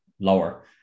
lower